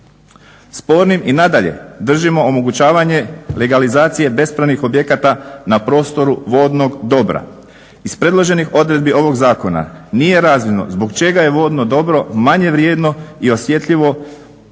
Spornim i nadalje držimo omogućavanje legalizacije bespravnih objekata na prostoru vodnog dobra. Iz predloženih odredbi ovog zakona nije razvidno zbog čega je vodno dobro manje vrijedno i osjetljivo ili